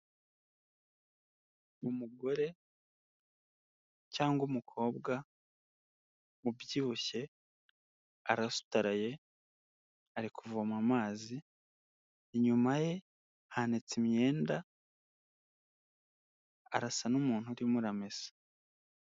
Umugore cyangwa umukobwa ubyibushye, arasutaraye, ari kuvoma amazi, inyuma ye hanitse imyenda, arasa n'umuntu urimo uramesa.